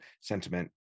sentiment